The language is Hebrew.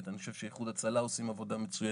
ואני חושב שאיחוד הצלה עושים עבודה מצוינת.